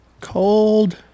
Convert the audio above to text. Cold